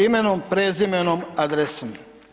Imenom, prezimenom, adresom.